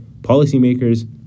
policymakers